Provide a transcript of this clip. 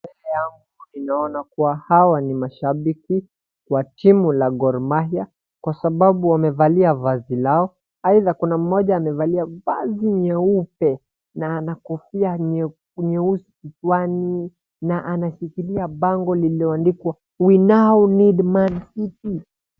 Mbele yangu ninaona kuwa hawa ni mashabiki wa timu la Gor Mahia, kwa sababu wamevalia vazi lao, aidha kuna mmoja amevalia vazi nyeupe, na ana kofia nyeusi flani, na anashikilia bango limeandikwa, we now need Man City.